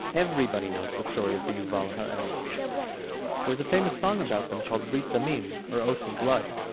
everybody knows the story of the yuval harels. there's a famous song about them called brit damim, or oath of blood.